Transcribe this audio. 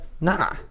Nah